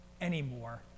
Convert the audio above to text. anymore